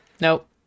Nope